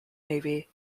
navy